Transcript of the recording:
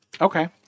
Okay